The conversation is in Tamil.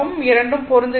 இரண்டும் பொருந்துகிறது